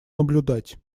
наблюдать